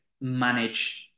manage